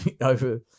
over